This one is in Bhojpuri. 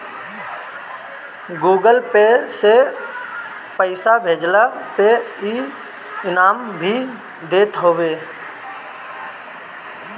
गूगल पे से पईसा भेजला पे इ इनाम भी देत हवे